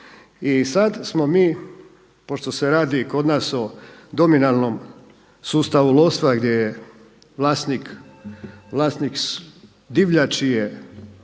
I sada smo mi pošto se radi kod nas o dominalnom sustavu lovstva gdje je vlasnik divljači je